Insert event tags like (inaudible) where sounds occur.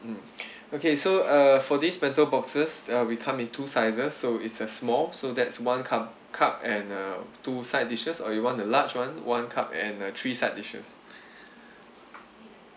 mm (breath) okay so uh for these bento boxes uh we come in two sizes so it's a small so that's one come cup and uh two side dishes or you want the large one one cup and uh three side dishes (breath)